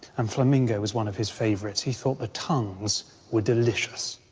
um flamingo was one of his favourites. he thought the tongues were delicious.